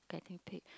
getting paid